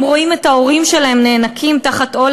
הם רואים את ההורים שלהם נאנקים תחת עול